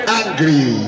angry